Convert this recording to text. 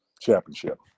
championship